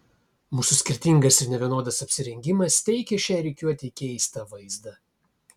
mūsų skirtingas ir nevienodas apsirengimas teikė šiai rikiuotei keistą vaizdą